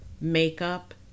makeup